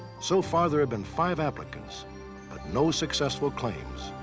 so far, there have been five applicants, but no successful claims.